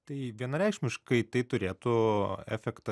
tai vienareikšmiškai tai turėtų efektą